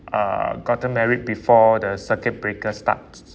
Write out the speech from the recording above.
uh gotten married before the circuit breaker starts